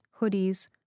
hoodies